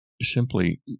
Simply